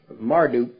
Marduk